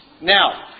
Now